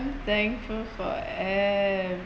thankful for